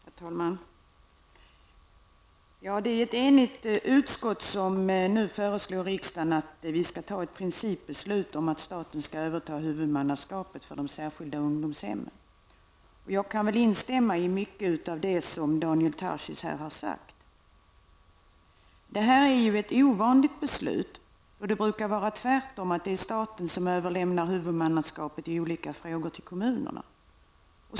Herr talman! Det är ett enigt utskott som nu föreslår riksdagen att vi skall fatta ett principbeslut om att staten skall överta huvudmannaskapet för de särskilda ungdomshemmen. Jag kan instämma i mycket av det som Daniel Tarschys här har sagt. Det rör sig om ett ovanligt beslut, eftersom det i olika frågor brukar vara staten som överlämnar huvudmannaskapet till kommunerna.